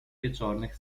wieczornych